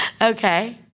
Okay